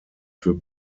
für